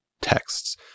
texts